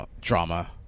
drama